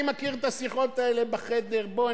אני מכיר את השיחות האלה בחדר: בוא,